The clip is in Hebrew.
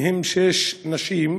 מהן שש נשים,